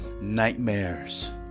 Nightmares